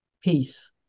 Peace